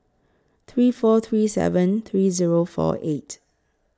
three four three seven three Zero four eight